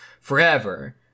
forever